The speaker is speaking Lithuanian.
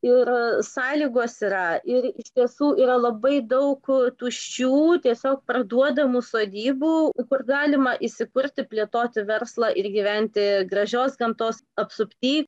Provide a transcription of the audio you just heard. ir sąlygos yra ir iš tiesų yra labai daug tuščių tiesiog parduodamų sodybų kur galima įsikurti plėtoti verslą ir gyventi gražios gamtos apsupty